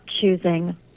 choosing